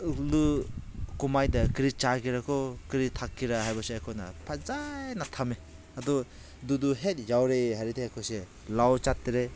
ꯀꯨꯝꯍꯩꯗ ꯀꯔꯤ ꯆꯥꯒꯦꯔꯥꯀꯣ ꯀꯔꯤ ꯊꯛꯀꯦꯔꯥ ꯍꯥꯏꯕꯁꯦ ꯑꯩꯈꯣꯏꯅ ꯐꯖꯅ ꯊꯝꯃꯦ ꯑꯗꯣ ꯑꯗꯨꯗꯨ ꯍꯦꯛ ꯌꯥꯎꯔꯦ ꯍꯥꯏꯔꯗꯤ ꯑꯩꯈꯣꯏꯁꯦ ꯂꯧ ꯆꯠꯇ꯭ꯔꯦ